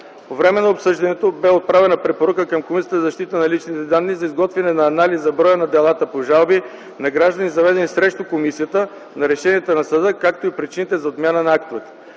По време на обсъждането бе отправена препоръка към Комисията за защита на личните данни за изготвяне на анализ за броя на делата по жалби на граждани, заведени срещу комисията, на решенията на съда, както и причините за отмяна на актовете.